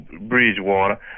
Bridgewater